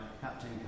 Captain